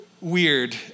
weird